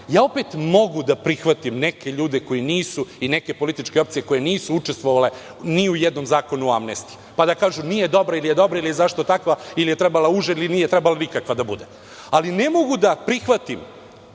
Ja opet mogu da prihvatim neke ljude koji nisu i neke političke opcije koje nisu učestvovale ni u jednom zakonu o amnestiji, pa da kažu nije dobra, ili je dobra, zašto takva, ili je trebala uže, ili nije trebala nikakva da bude. Ali ne mogu da prihvatim